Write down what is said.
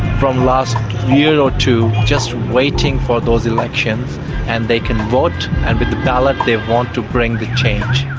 from last year or two, just waiting for those elections and they can vote, and with the ballot they want to bring the change.